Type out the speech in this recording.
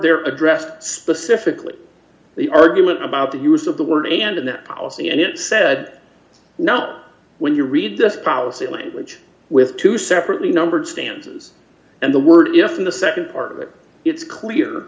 court addressed specifically the argument about the use of the word and in that policy and it said no when you read the policy language with two separately numbered stances and the word yes in the nd part it is clear